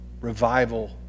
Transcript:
revival